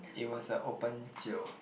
it was a open jio